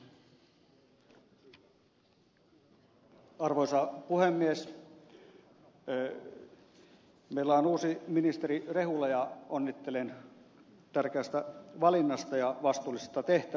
meillä on uusi ministeri rehula onnittelen tärkeästä valinnasta ja vastuullisesta tehtävästä